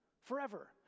forever